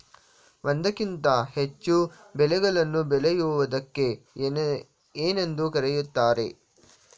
ಒಂದಕ್ಕಿಂತ ಹೆಚ್ಚು ಬೆಳೆಗಳನ್ನು ಬೆಳೆಯುವುದಕ್ಕೆ ಏನೆಂದು ಕರೆಯುತ್ತಾರೆ?